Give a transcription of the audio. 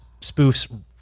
spoofs